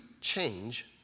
change